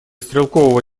стрелкового